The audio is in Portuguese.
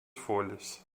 folhas